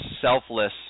selfless